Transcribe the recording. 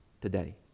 today